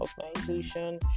organization